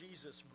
Jesus